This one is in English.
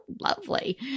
lovely